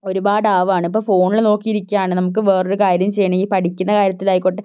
ഒരുപാട് ആവുകയാണ് ഇപ്പോൾ ഫോണിൽ നോക്കി ഇരിക്കുകയാണ് നമുക്ക് വേറൊരു കാര്യം ചെയ്യുകയാണെങ്കിൽ പഠിക്കുന്ന കാര്യത്തിലായിക്കോട്ടെ